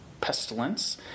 Pestilence